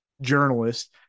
journalist